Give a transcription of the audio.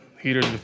Heaters